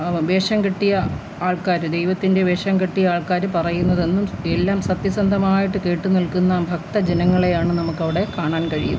ആ വേഷം കെട്ടിയ ആൾക്കാര് ദൈവത്തിൻ്റെ വേഷം കെട്ടിയ ആൾക്കാര് പറയുന്നതെന്നും എല്ലാം സത്യസന്ധമായിട്ട് കേട്ട്നിൽക്കുന്ന ഭക്തജങ്ങളെയാണ് നമുക്കവിടെ കാണാൻ കഴിയുന്നത്